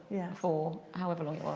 for however long it was.